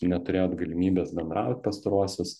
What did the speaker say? neturėjot galimybės bendraut pastaruosius